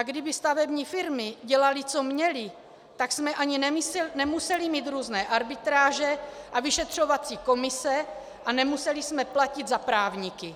Kdyby stavební firmy dělaly, co měly, tak jsme ani nemuseli mít různé arbitráže a vyšetřovací komise a nemuseli jsme platit za právníky.